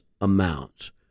amounts